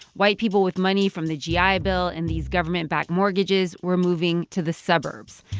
white people with money from the gi ah bill and these government-backed mortgages were moving to the suburbs.